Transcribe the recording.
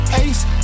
ace